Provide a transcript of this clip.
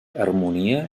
harmonia